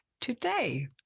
today